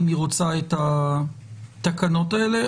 אם היא רוצה את התקנות האלה.